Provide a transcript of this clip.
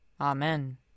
Amen